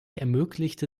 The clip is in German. ermöglichte